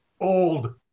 Old